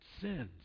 sins